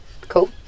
cool